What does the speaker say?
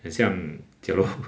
很像假如